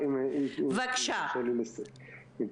אני אשמח אם יורשה לי לסיים.